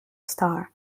star